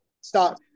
Stop